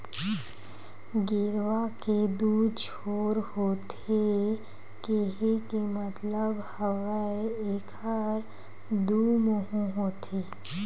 गेरवा के दू छोर होथे केहे के मतलब हवय एखर दू मुहूँ होथे